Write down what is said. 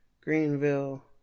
Greenville